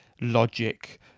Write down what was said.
logic